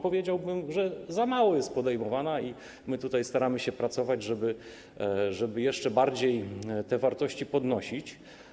Powiedziałbym, że za mało jest podejmowana i my tutaj staramy się pracować, żeby jeszcze bardziej te wartości podnosić.